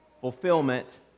fulfillment